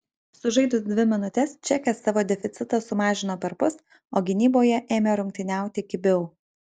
sužaidus dvi minutes čekės savo deficitą sumažino perpus o gynyboje ėmė rungtyniauti kibiau